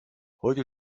heute